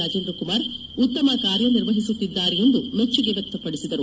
ರಾಜೇಂದ್ರಕುಮಾರ್ ಉತ್ತಮ ಕಾರ್ಯನಿರ್ವಹಿಸುತ್ತಿದ್ದಾರೆ ಎಂದು ಮೆಚ್ಚುಗೆ ವ್ಯಕ್ತಪಡಿಸಿದರು